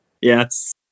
Yes